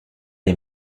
les